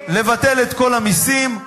לבטל את כל המסים,